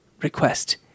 request